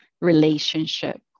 relationship